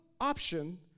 option